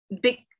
big